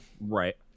Right